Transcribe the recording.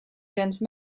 dense